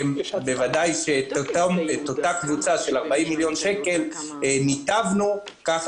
בוודאי שאת הסכום של 40 מיליון השקלים ניתבנו כך